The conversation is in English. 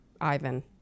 Ivan